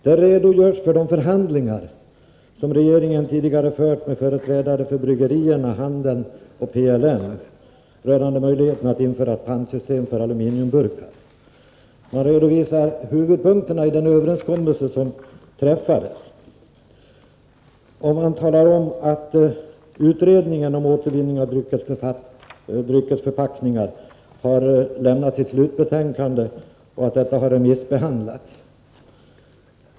Där redogörs för de förhandlingar som regeringen tidigare har fört med företrädare för bryggerinäringen, handeln och PLM rörande möjligheterna att införa ett pantsystem för aluminiumburkar. Huvudpunkterna i den överenskommelse som träffades redovisas, och man talar om att utredningen om återvinning av dryckesförpackningar har lämnat sitt slutbetänkande och att detta har remissbehandlats.